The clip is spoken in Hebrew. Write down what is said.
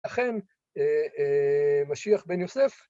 לכן, משיח בן יוסף.